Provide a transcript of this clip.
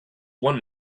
one